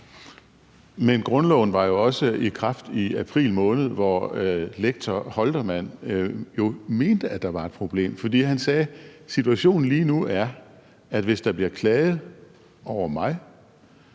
Men grundloven var jo også i kraft i april måned, hvor lektor Holtermann jo mente, at der var et problem. For han sagde: Situationen lige nu er den, at hvis der bliver klaget over en